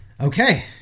Okay